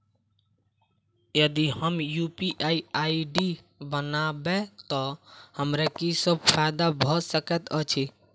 यदि हम UPI ID बनाबै तऽ हमरा की सब फायदा भऽ सकैत अछि?